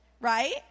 right